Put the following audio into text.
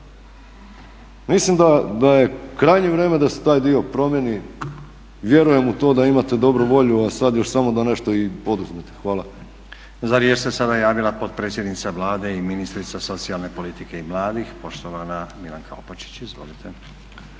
Mislim da je krajnje vrijeme da se taj dio promijeni, vjerujem u to da imate dobru volju, a sad još samo da nešto i poduzmete. Hvala. **Stazić, Nenad (SDP)** Za riječ se sada javila potpredsjednica Vlade i ministrica socijalne politike i mladih poštovana Milanka Opačić. Izvolite.